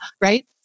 right